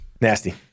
Nasty